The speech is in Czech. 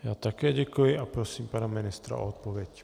Já také děkuji a prosím pana ministra o odpověď.